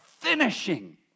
finishing